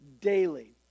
daily